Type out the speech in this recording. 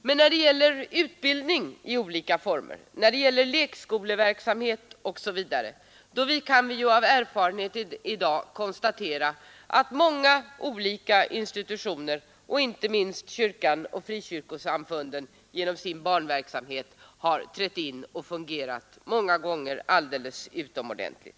Men när det gäller utbildning i olika former, lekskoleverksamhet osv., kan vi i dag av erfarenhet konstatera att många olika institutioner, inte minst kyrkan och frikyrkosamfunden, genom sin barnverksamhet har trätt in och fungerat många gånger alldeles utomordentligt.